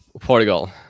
Portugal